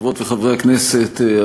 חברות וחברי הכנסת,